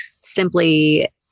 simply